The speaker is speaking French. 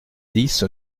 dix